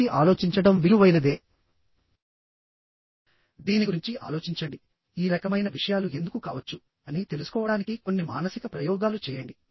కానీ zigzag bolting లో మాత్రం నెట్ ఏరియా ని కనుక్కోవడం సమస్యగా మారుతుంది